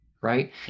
right